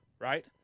right